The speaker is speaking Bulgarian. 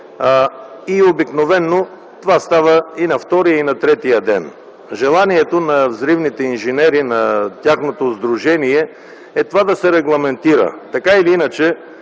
Обикновено това става и на втория, и на третия ден. Желанието на взривните инженери, на тяхното сдружение, е това да се регламентира. Всеки ден,